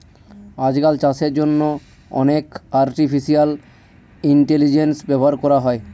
আজকাল চাষের জন্য অনেক আর্টিফিশিয়াল ইন্টেলিজেন্স ব্যবহার করা হয়